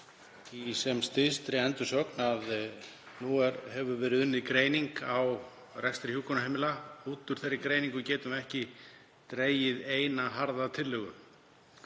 í sem stystri endursögn að nú hafi verið unnin greining á rekstri hjúkrunarheimila. Út úr þeirri greiningu getum við ekki dregið eina harða tillögu.